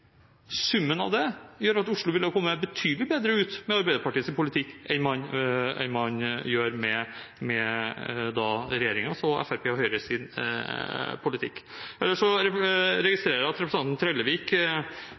Summen av det gjør at Oslo ville ha kommet betydelig bedre ut av det med Arbeiderpartiets politikk enn man gjør med regjeringens – og Fremskrittspartiets og Høyres – politikk. Ellers registrerer jeg at representanten Trellevik